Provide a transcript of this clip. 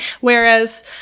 whereas